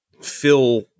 fill